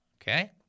Okay